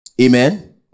amen